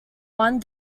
one